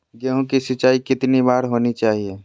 गेहु की सिंचाई कितनी बार होनी चाहिए?